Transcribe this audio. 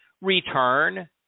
return